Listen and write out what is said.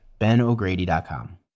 benogrady.com